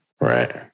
Right